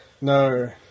No